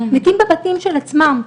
מתים בבתים של עצמם,